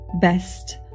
best